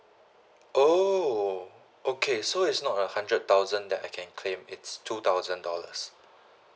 orh okay so it's not a hundred thousand that I can claim it's two thousand dollars